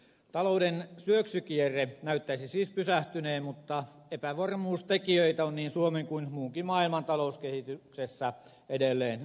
talouden syöksykierre näyttäisi siis pysähtyneen mutta epävarmuustekijöitä on niin suomen kuin muunkin maailman talouskehityksessä edelleen runsaasti